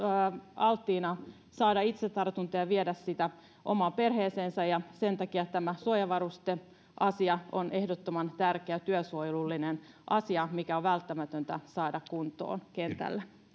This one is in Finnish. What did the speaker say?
alttiina saamaan itse tartuntoja ja viemään sitä omaan perheeseensä ja sen takia tämä suojavarusteasia on ehdottoman tärkeä työsuojelullinen asia mikä on välttämätöntä saada kuntoon kentällä